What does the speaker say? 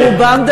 שרובם,